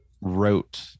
wrote